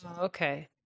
Okay